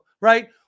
right